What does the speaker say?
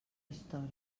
història